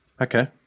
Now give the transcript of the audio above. Okay